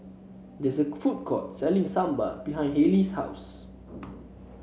there is a food court selling Sambar behind Hallie's house